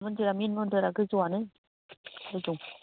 मन्दिरा मिन मन्दिरा गोजौआनो गोजौ